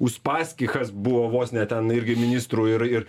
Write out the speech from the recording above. uspaskichas buvo vos ne ten irgi ministru ir ir